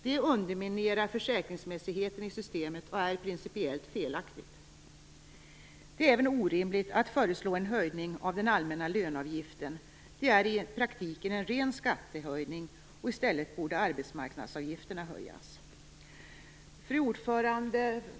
Det underminerar försäkringsmässigheten i systemet och är principiellt felaktigt. Det är även orimligt att föreslå en höjning av den allmänna löneavgiften. Det är i praktiken en ren skattehöjning. I stället borde arbetsmarknadsavgifterna höjas. Fru talman!